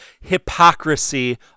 hypocrisy